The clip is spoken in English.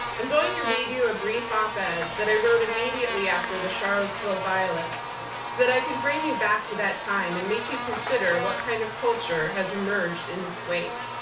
i'm going to read you a brief op-ed that that i wrote immediately after the charlottesville violence so that i can bring you back to that time and make you consider what kind of culture has emerged in its wake.